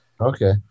Okay